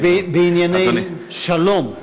הוא בענייני שלום.